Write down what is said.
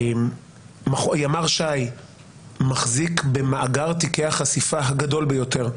ימ"ר ש"י מחזיק במאגר תיקי החשיפה הגדול ביותר,